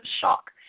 shock